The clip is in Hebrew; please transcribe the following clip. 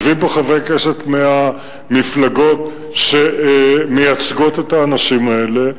יושבים פה חברי כנסת מהמפלגות שמייצגות את האנשים האלה,